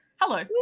Hello